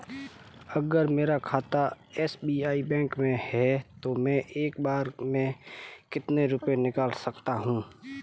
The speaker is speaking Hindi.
अगर मेरा खाता एस.बी.आई बैंक में है तो मैं एक बार में कितने रुपए निकाल सकता हूँ?